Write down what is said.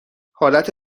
حالت